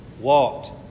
walked